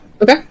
Okay